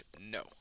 No